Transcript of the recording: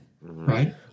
Right